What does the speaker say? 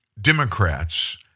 Democrats